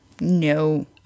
No